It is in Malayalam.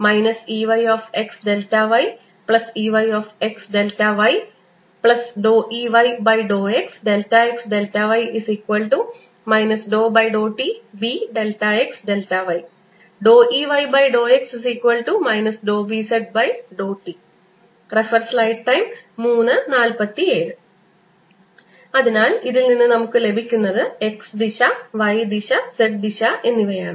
EyxyEyxyEy∂xxy ∂tBxy Ey∂x Bz∂t അതിനാൽ ഇതിൽ നിന്ന് നമുക്ക് ലഭിക്കുന്നത് x ദിശ y ദിശ z ദിശ എന്നിവയാണ്